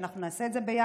ושאנחנו נעשה את זה ביחד,